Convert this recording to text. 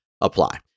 apply